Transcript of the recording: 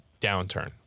downturn